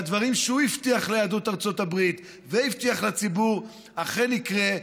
שהדברים שהוא הבטיח ליהדות ארצות הברית והבטיח לציבור אכן יקרו.